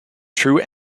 true